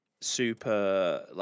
super